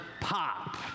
pop